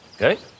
Okay